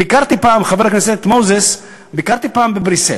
ביקרתי פעם, חבר הכנסת מוזס, ביקרתי פעם בבריסל,